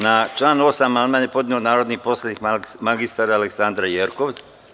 Na član 8. amandman je podnela narodni poslanik mr Aleksandra Jerkov.